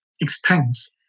Expense